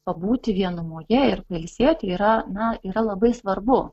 pabūti vienumoje ir pailsėti yra na yra labai svarbu